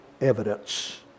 evidence